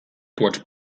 płacz